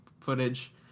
footage